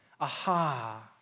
Aha